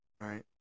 right